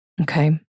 Okay